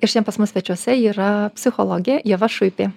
ir šiandien as mus svečiuose yra psichologė ieva šuipė